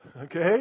okay